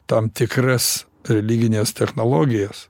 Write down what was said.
tam tikras religines technologijas